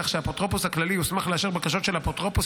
כך שהאפוטרופוס הכללי יוסמך לאשר בקשות של אפוטרופוס,